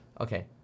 Okay